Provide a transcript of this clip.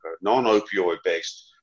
non-opioid-based